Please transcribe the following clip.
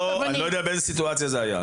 אני לא יודע באיזו סיטואציה זה היה.